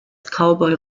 cowboy